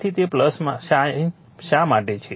તેથી તે સાઇન શા માટે છે